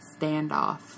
standoff